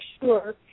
sure